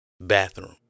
Bathroom